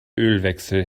ölwechsel